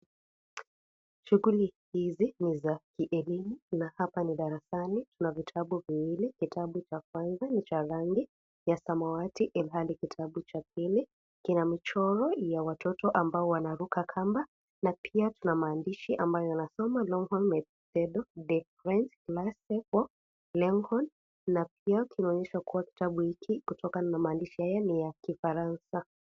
Shughuli hizi ni za kielimu na hapa ni darasani, kuna vitabu viwili kitabu cha kwanza ni cha rangi ya samawati ilihali kitabu cha pili kina michoro ya watoto ambao wanaruka kamba na pia kuna maandishi ambayo yanasoma Longhorn Methode de Francais na pia tunaonyeshwa kitabu hiki kutokana na maandishi haya ni ya kifaransa.